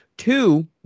Two